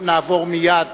נאומך הראשון.